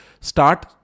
start